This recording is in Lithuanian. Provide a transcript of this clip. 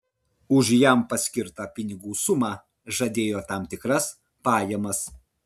už jam paskirtą pinigų sumą žadėjo tam tikras pajamas